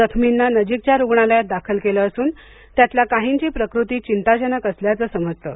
जखर्मींना नजीकच्या रुग्णालयात दाखल केलं असून त्यातल्या काहींची प्रकृती चिंताजनक असल्याच समजतं